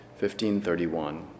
1531